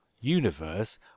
universe